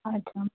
अच्छा